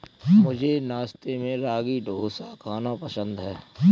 मुझे नाश्ते में रागी डोसा खाना पसंद है